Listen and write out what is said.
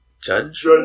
Judge